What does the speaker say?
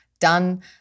done